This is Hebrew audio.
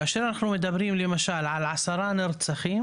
כאשר אנחנו מדברים על עשרה נרצחים,